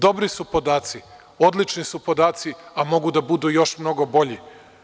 Dobri su podaci, odlični su podaci, a mogu da budu još mnogo bolji.